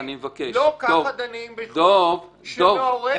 לא ככה דנים בנושא שמעורר